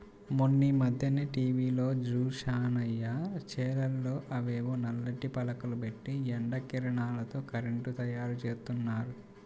మొన్నీమధ్యనే టీవీలో జూశానయ్య, చేలల్లో అవేవో నల్లటి పలకలు బెట్టి ఎండ కిరణాలతో కరెంటు తయ్యారుజేత్తన్నారు